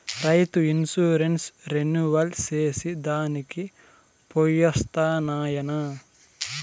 రైతు insurance renewal చేసి దానికి పోయొస్తా నాయనా